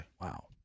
Wow